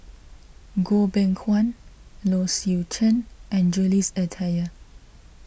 Goh Beng Kwan Low Swee Chen and Jules Itier